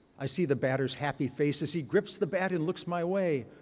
i see the batter's happy face as he grips the bat and looks my way.